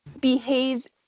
behaves